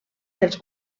dels